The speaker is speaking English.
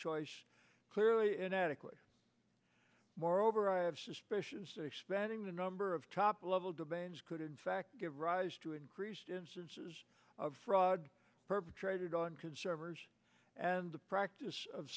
choice clearly inadequate moreover i have suspicions that expanding the number of top level domains could in fact give rise to increased instances of fraud perpetrated on conservers and the practice of